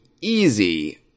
easy